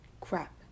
crap